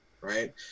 right